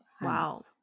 Wow